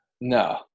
No